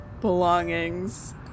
belongings